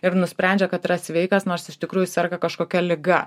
ir nusprendžia kad yra sveikas nors iš tikrųjų serga kažkokia liga